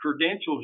credentials